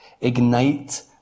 ignite